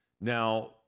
Now